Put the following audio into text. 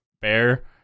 Bear